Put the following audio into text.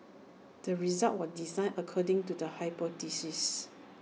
the research was designed according to the hypothesis